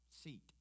seat